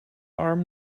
arm